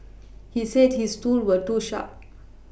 he said his tools were too sharp